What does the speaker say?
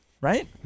right